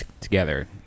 together